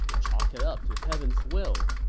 chalk it up to heaven's will.